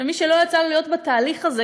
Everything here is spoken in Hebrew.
ומי שלא יצא לו להיות בתהליך הזה,